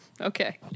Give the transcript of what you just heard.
Okay